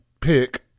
pick